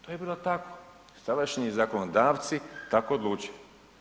To je bilo tako, tadašnji zakonodavci tako odlučili.